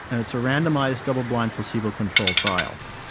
and it's a randomised, double blind, placebo-controlled trial.